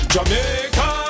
Jamaica